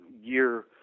year